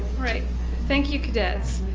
thank you cadets.